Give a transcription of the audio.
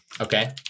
Okay